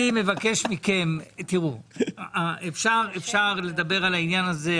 אני מבקש מכם: אפשר לדבר על העניין הזה,